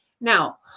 Now